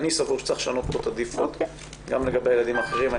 אני סבור שצריך לשנות פה את ברירת המחדל גם לגבי הילדים האחרים.